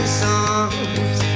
songs